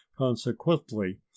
consequently